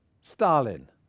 Stalin